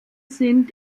sind